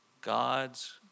God's